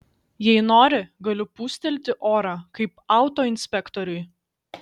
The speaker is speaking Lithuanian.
jei nori galiu pūstelti orą kaip autoinspektoriui